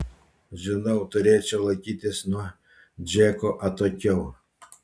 žinau turėčiau laikytis nuo džeko atokiau